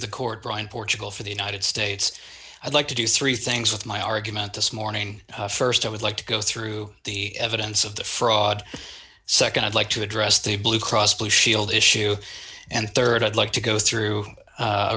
the court bryan portugal for the united states i'd like to do three things with my argument to smart and st i would like to go through the evidence of the fraud nd i'd like to address the blue cross blue shield issue and rd i'd like to go through a